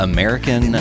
American